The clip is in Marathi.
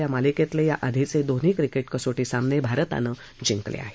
या मालिकेतले या आधीचे दोन्ही कसोटी सामने भारताने जिंकले आहेत